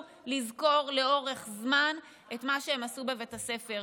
לזכור לאורך זמן את מה שהם עשו בבית הספר.